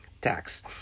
tax